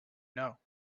know